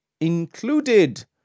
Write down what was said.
included